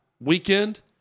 weekend